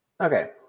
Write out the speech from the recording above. Okay